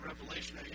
Revelation